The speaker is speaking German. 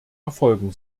erfolgen